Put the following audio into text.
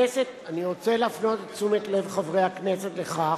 אני רוצה להפנות את תשומת-לב חברי הכנסת לכך,